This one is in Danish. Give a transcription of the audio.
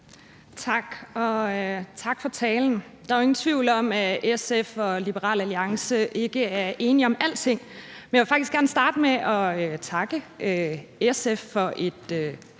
tak for talen. Der er ingen tvivl om, at SF og Liberal Alliance ikke er enige om alting. Men jeg vil faktisk gerne starte med at takke SF for et